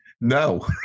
No